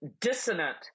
dissonant